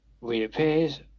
reappears